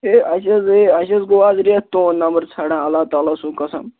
ہے اَسہِ حظ ہے اَسہِ حظ گوٚو آز رٮ۪تھ تُہٕنٛد نَمبَر ژھانٛڈان اللہ تعالٰی سُنٛد قسم